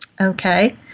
Okay